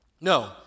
No